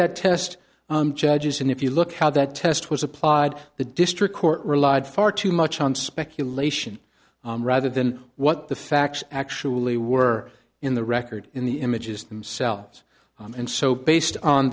that test judges and if you look how that test was applied the district court relied far too much on speculation rather than what the facts actually were in the record in the images themselves and so based on